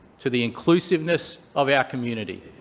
to the inclusiveness of our community.